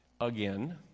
again